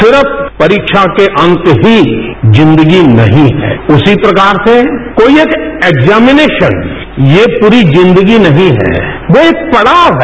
सिर्फ परीक्षा के अंक ही जिंदगी नहीं है उसी प्रकार से कोई एक एक्जामिनेशन ये पूरी जिंदगी नहीं है वो एक पड़ाव है